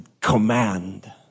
command